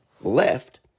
left